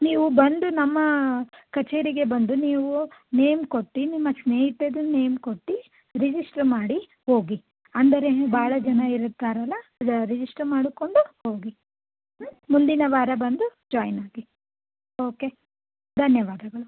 ನೀವು ಬಂದು ನಮ್ಮ ಕಚೇರಿಗೆ ಬಂದು ನೀವು ನೇಮ್ ಕೊಟ್ಟು ನಿಮ್ಮ ಸ್ನೇಹಿತೆದು ನೇಮ್ ಕೊಟ್ಟು ರಿಜಿಸ್ಟ್ರ್ ಮಾಡಿ ಹೋಗಿ ಅಂದರೆ ಬಹಳ ಜನ ಇರುತ್ತಾರಲ್ಲ ರಿಜಿಸ್ಟರ್ ಮಾಡಿಕೊಂಡು ಹೋಗಿ ಮುಂದಿನ ವಾರ ಬಂದು ಜಾಯಿನ್ ಆಗಿ ಓಕೆ ಧನ್ಯವಾದಗಳು